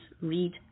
read